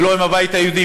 ולא עם הבית היהודי,